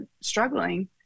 struggling